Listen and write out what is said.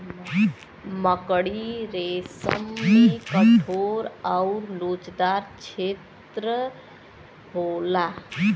मकड़ी रेसम में कठोर आउर लोचदार छेत्र होला